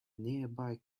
nearby